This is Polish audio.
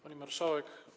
Pani Marszałek!